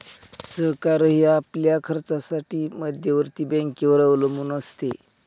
सरकारही आपल्या खर्चासाठी मध्यवर्ती बँकेवर अवलंबून असते